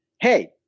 hey